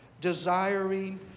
desiring